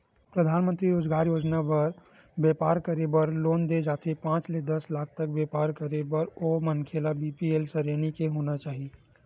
परधानमंतरी रोजगार योजना म बेपार करे बर लोन दे जाथे पांच ले दस लाख तक बेपार करे बर ओ मनखे ल बीपीएल सरेनी के होना चाही